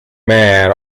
man